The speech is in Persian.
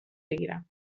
بگیرم